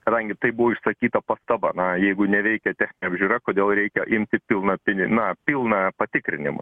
rangi tai buvo išsakyta pastaba na jeigu neveikia techninė apžiūra kodėl reikia imti pilną pini na pilną patikrinimą